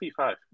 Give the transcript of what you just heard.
P5